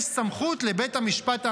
יש סמכות לבית המשפט העליון,